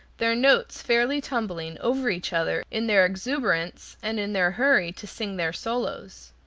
their notes fairly tumbling over each other in their exuberance, and in their hurry to sing their solos.